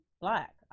black